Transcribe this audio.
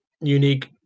unique